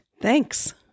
Thanks